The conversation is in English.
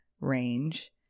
range